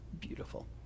beautiful